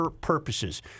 purposes